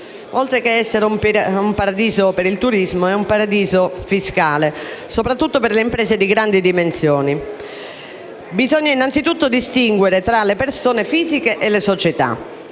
Oltre che essere un paradiso per il turismo, è un paradiso fiscale, soprattutto per le imprese di grandi dimensioni. Bisogna innanzitutto distinguere tra le persone fisiche e le società.